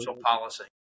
policy